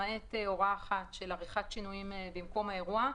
למעט הוראה אחת של עריכת שינויים במקום האירוע,